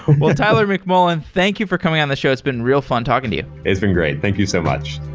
well, tyler mcmullen, thank you for coming on the show. it's been real fun talking to you. it's been great. thank you so much.